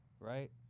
right